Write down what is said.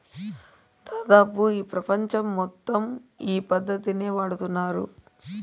దాదాపు ప్రపంచం మొత్తం ఈ పద్ధతినే వాడుతున్నారు